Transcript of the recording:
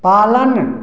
पालन